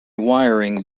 wiring